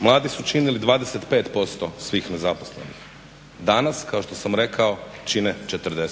mladi su činili 25% svih nezaposlenih. Danas kao što sam rekao čine 40%.